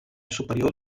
superior